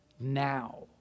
now